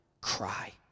cry